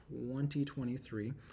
2023